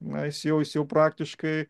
na jis jau jis jau praktiškai